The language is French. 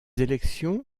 élections